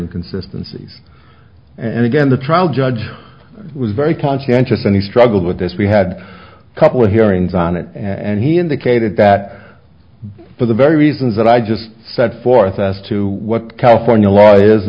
inconsistency and again the trial judge was very conscientious and he struggled with this we had a couple hearings on it and he indicated that for the very reasons that i just set forth as to what california law is